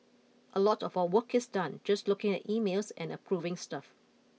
a lot of our work is done just looking at emails and approving stuff